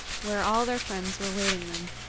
where all their friends were waiting them.